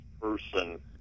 person